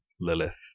Lilith